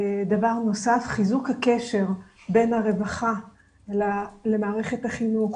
דבר נוסף, חיזוק הקשר בין הרווחה למערכת החינוך.